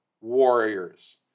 warriors